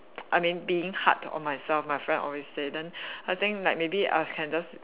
I mean being hard on myself my friend always say then I think like maybe I can just